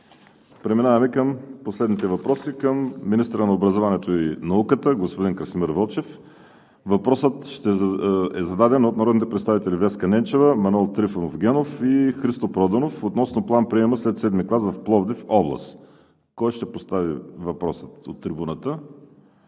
Преминаваме към последните въпроси – към министъра на образованието и науката господин Красимир Вълчев. Въпросът е зададен от народните представители Веска Ненчева, Манол Генов и Христо Проданов – относно план-приема след VII клас в Пловдив – област. Госпожо Ненчева,